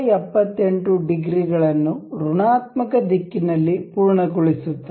178 ಡಿಗ್ರಿಗಳನ್ನು ಋಣಾತ್ಮಕ ದಿಕ್ಕಿನಲ್ಲಿ ಪೂರ್ಣಗೊಳಿಸುತ್ತದೆ